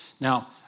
Now